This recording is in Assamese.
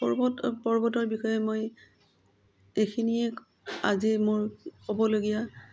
পৰ্বত পৰ্বতৰ বিষয়ে মই এইখিনিয়ে আজি মোৰ ক'বলগীয়া